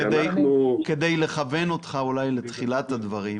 כדי לכוון אותך לתחילת הדברים.